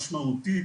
משמעותית,